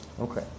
Okay